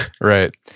right